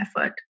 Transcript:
effort